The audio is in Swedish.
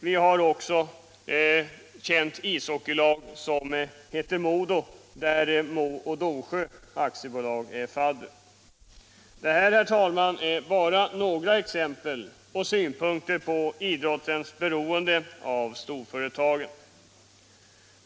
Vi har också det kända ishockeylaget MoDo, vars fadder är Mo och Domsjö AB. Detta, herr talman, är bara några exempel och synpunkter på idrottens beroende av storföretagen.